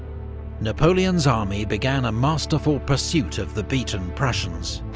napoleon's army began a masterful pursuit of the beaten prussians,